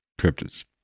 cryptids